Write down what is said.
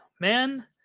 man